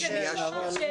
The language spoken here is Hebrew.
--- מישהו אמר שאין?